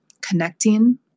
connecting